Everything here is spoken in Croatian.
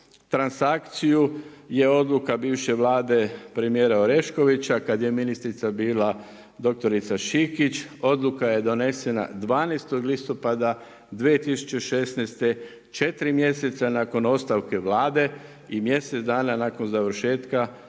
transakciju je odluka bivše Vlade premijera Oreškovića kada je ministrica bila dr. Šikić, odluka je donesena 12. listopada 2016. 4 mjeseca nakon ostavke Vlade i mjesec dana nakon završetka izbora